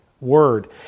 word